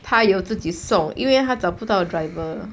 他有自己送因为他找不到 driver